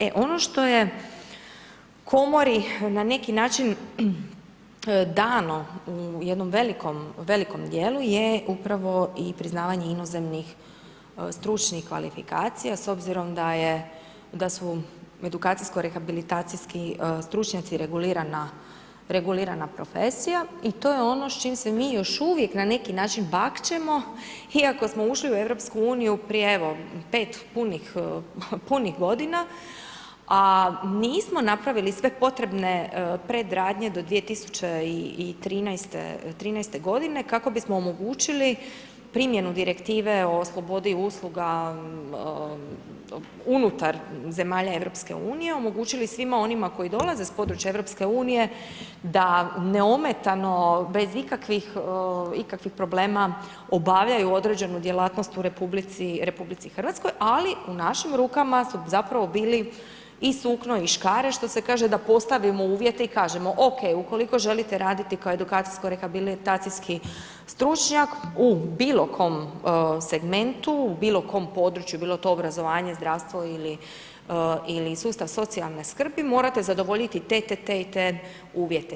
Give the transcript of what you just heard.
E, ono što je Komori na neki način dano u jednom velikom, velikom dijelu je upravo i priznavanje inozemnih stručnih kvalifikacija s obzirom da su edukacijsko rehabilitacijski stručnjaci regulirana profesija i to je ono s čim se mi još uvijek na neki način bakćemo iako smo ušli u EU, prije, evo 5 punih godina, a nismo napravili sve potrebne predradnje do 2013.-te godine, kako bismo omogućili primjenu Direktive o slobodi usluga unutar zemalja EU, omogućili svima onima koji dolaze s područja EU da neometano, bez ikakvih problema, obavljaju određenu djelatnost u RH, ali u našim rukama su zapravo bili i sukno i škare, što se kaže, da postavimo uvjete i kažemo, okej, ukoliko želite raditi kao edukacijsko rehabilitacijski stručnjak u bilo kom segmentu, bilo kom području, bilo to obrazovanje, zdravstvo ili sustav socijalne skrbi, morate zadovoljiti te, te, te i te uvjete.